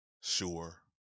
sure